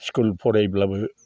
school फरायब्लाबो